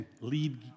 lead